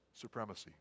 supremacy